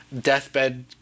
Deathbed